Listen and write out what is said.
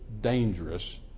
dangerous